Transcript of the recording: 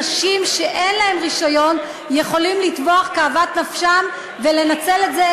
אנשים שאין להם רישיון יכולים לטווח כאוות נפשם ולנצל את זה